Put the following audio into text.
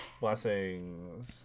Blessings